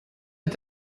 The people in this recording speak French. est